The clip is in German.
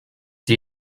die